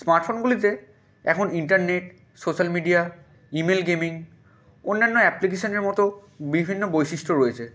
স্মার্টফোনগুলিতে এখন internet social media email gaming অন্যান্য অ্যাপ্লিকেশানের মতো বিভিন্ন বৈশিষ্ট্য রয়েছে